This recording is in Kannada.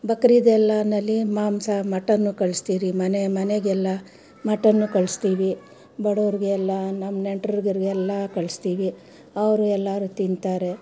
ಬಕ್ರೀದ್ ಎಲ್ಲ ನಲ್ಲಿ ಮಾಂಸ ಮಟನ್ನು ಕಳಿಸ್ತೀರಿ ಮನೆ ಮನೆಗೆಲ್ಲ ಮಟನ್ನು ಕಳಿಸ್ತೀವಿ ಬಡವ್ರಿಗೆಲ್ಲ ನಮ್ಮ ನೆಂಟರಿಗೆಲ್ಲ ಕಳಿಸ್ತೀವಿ ಅವರು ಎಲ್ಲರು ತಿಂತಾರೆ